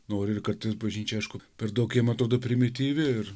nori kartais bažnyčia aišku per daug jiem atrodo primityvi ir